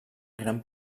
gran